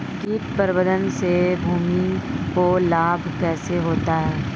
कीट प्रबंधन से भूमि को लाभ कैसे होता है?